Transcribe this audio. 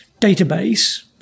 database